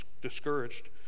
discouraged